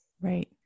right